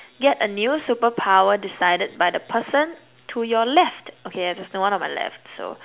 get a new superpower decided by the person to your left okay there's no one on my left so